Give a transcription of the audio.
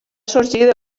sorgir